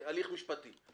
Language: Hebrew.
הליך משפטי.